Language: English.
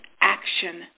action